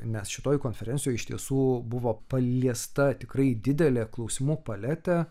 nes šitoj konferencijoj iš tiesų buvo paliesta tikrai didelė klausimų paletė